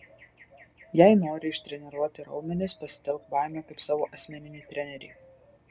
jei nori ištreniruoti raumenis pasitelk baimę kaip savo asmeninį trenerį